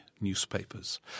newspapers